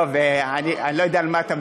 טוב, אני לא יודע על מה אתה מדבר.